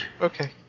Okay